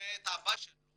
רואה את אבא שלו